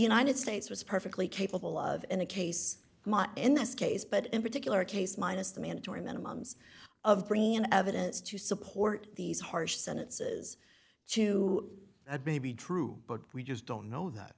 united states was perfectly capable of in a case in this case but in particular case minus the mandatory minimums of bringing in evidence to support these harsh sentences to a baby true but we just don't know that